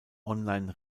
online